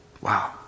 Wow